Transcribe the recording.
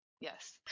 Yes